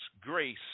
grace